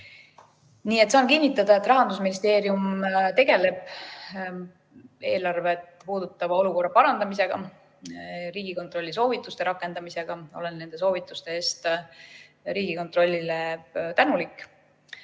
kohta. Saan kinnitada, et Rahandusministeerium tegeleb eelarvet puudutava olukorra parandamisega, Riigikontrolli soovituste rakendamisega. Olen nende soovituste eest Riigikontrollile tänulik.